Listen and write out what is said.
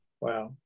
wow